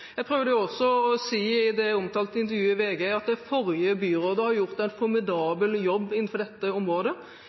Jeg prøvde også å si i det omtalte intervjuet i VG at det forrige byrådet har gjort en formidabel jobb innenfor dette området,